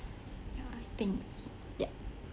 ya I think it's ya